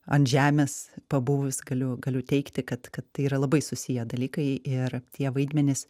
ant žemės pabuvus galiu galiu teigti kad kad tai yra labai susiję dalykai ir tie vaidmenys